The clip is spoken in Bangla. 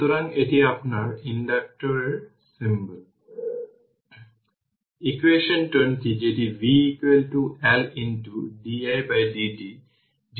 সুতরাং এটিকে 24 ভোল্ট দেওয়া হয়েছে যেটি v C2 24 এবং সেটিকে 4 দেওয়া হয়েছে